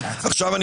זה